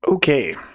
okay